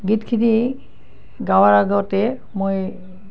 গীতখিনি গোৱাৰ আগতে মই